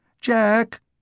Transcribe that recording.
Jack